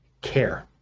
care